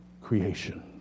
creation